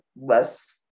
less